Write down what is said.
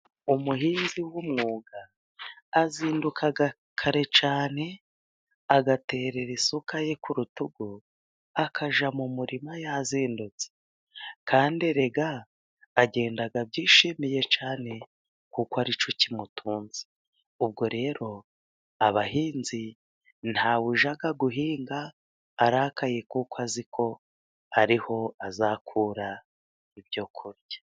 Umuhinzi w'umwuga azinduka kare cyane agaterera isuka ye ku rutugu akajya mu murima yazindutse, kandi erega agenda abyishimiye cyane kuko aricyo kimutunze. Ubwo rero abahinzi ntawe ujya guhinga arakaye kuko azi ko ari ho azakura ibyo kurya.